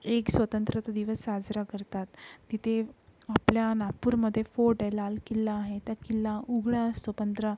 एक स्वतंत्रता दिवस साजरा करतात तिथे आपल्या नागपूरमधे फोट आहे लाल किल्ला आहे त्या किल्ला उघडा असतो पंधरा